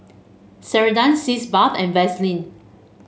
Ceradan Sitz Bath and Vaselin